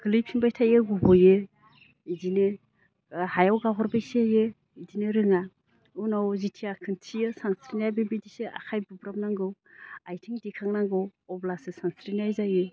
गोलैफिनबाय थायो गब'यो बिदिनो हायाव बिदिनो रोङा उनाव जेतिया खिथियो सानस्रिनाया बेबायदिसो आखाइ बुब्राबनांगौ आथिं दिखांनांगौ अब्लासो सानस्रिनाय जायो